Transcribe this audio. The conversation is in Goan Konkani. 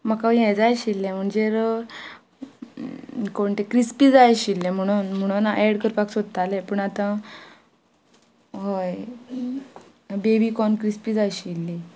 म्हाका हें जाय आशिल्ले म्हणजेर कोण तें क्रिस्पी जाय आशिल्ले म्हणून म्हणून हांव एड करपाक सोदताले पूण आतां हय बेबी कोन क्रिस्पी जाय आशिल्ली